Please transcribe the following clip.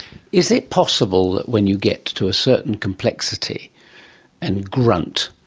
is it possible that when you get to a certain complexity and grunt,